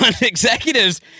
executives